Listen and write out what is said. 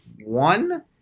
one